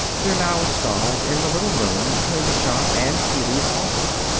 they're now installed in the little room between the shop and healy's office.